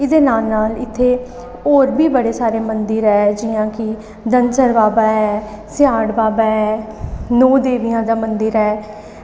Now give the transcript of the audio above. एह्दे नाल नाल इत्थै होर बी बड़े सारे मंदर ऐ जियां कि धनसर बाबा ऐ सियाढ़ बाबा ऐ ते नौ देवियां दा मंदर ऐ